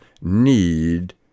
need